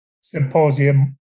symposium